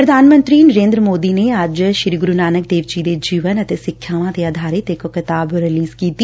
ਪ੍ਰਧਾਨ ਮੰਤਰੀ ਨਰੇਂਦਰ ਮੋਦੀ ਨੇ ਅੱਜ ਸ੍ਰੀ ਗੁਰੂ ਨਾਨਕ ਦੇਵ ਜੀ ਦੇ ਜੀਵਨ ਅਤੇ ਸਿੱਖਿਆਵਾਂ ਤੇ ਆਧਾਰਿਤ ਇਕ ਕਿਤਾਬ ਰਿਲੀਜ ਕੀਤੀ